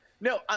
No